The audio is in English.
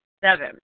Seven